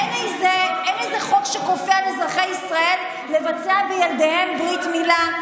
אין איזה חוק שכופה על אזרחי ישראל לבצע בילדיהם ברית מילה,